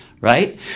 Right